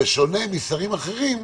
בשונה משרים אחרים,